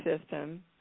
system